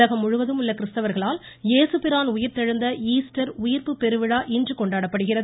உலகம் முழுவதும் உள்ள கிருஸ்தவர்களால் இயேசு பிரான் உயிர்த்தெழுந்த ஈஸ்டர் உயிர்ப்பு பெருவிழா இன்று கொண்டாடப்படுகிறது